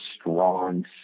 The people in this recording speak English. strong